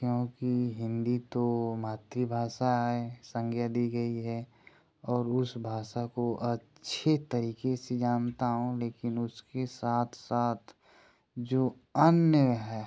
क्योंकि हिन्दी तो मातृभाषा है संज्ञा दी गई है और उस भाषा को अच्छे तरीके से जानता हूँ लेकिन उसके साथ साथ जो अन्य है